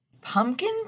Pumpkin